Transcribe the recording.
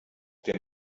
den